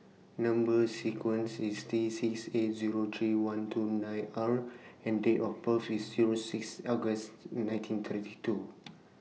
Number sequence IS T six eight Zero three one two nine R and Date of birth IS Zero six August nineteen thirty two